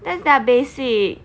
that's their basic